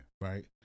right